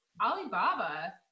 Alibaba